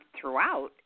throughout